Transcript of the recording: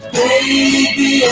baby